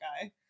guy